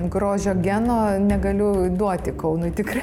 grožio geno negaliu duoti kaunui tikrai